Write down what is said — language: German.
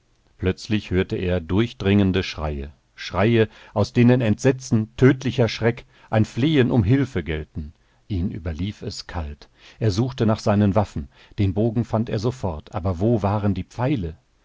plötzlich hörte er durchdringende schreie schreie aus denen entsetzen tödlicher schreck ein flehen um hilfe gellten ihn überlief es kalt er suchte nach seinen waffen den bogen fand er sofort wo aber waren die pfeile